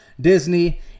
Disney